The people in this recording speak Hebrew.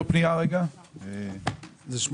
אני מאיר